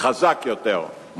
חזק יותר,